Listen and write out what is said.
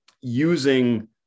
using